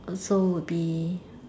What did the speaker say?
oh so would be